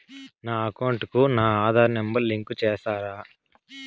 నా అకౌంట్ కు నా ఆధార్ నెంబర్ లింకు చేసారా